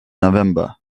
november